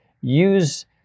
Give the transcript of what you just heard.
use